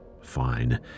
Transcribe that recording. Fine